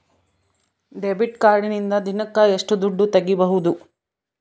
Debit ಕಾರ್ಡಿನಿಂದ ದಿನಕ್ಕ ಎಷ್ಟು ದುಡ್ಡು ತಗಿಬಹುದು?